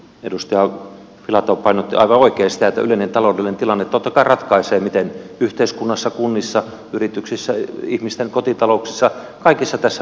edustaja filatov painotti aivan oikein sitä että yleinen taloudellinen tilanne totta kai ratkaisee miten yhteiskunnassa kunnissa yrityksissä ihmisten kotitalouksissa kaikessa tässä menee